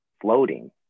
floating